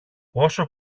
όσο